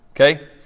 okay